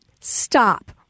stop